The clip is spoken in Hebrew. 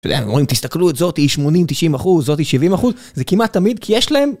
אתה יודע, הם אומרים: אם תסתכלו, זאתי 80-90 אחוז, זאתי 70 אחוז, זה כמעט תמיד כי יש להם...